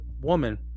woman